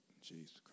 Jesus